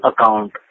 account